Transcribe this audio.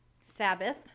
Sabbath